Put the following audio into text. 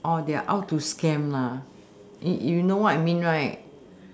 or they are out to scam lah you know what I mean right